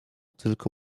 tylko